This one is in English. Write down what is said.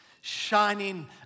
shining